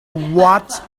what